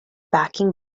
backing